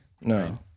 No